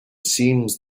seems